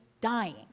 dying